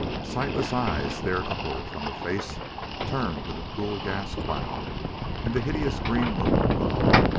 sightless eyes stared upward from a face turned to the cruel gas clouds and the hideous green moon above.